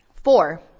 Four